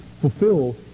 Fulfill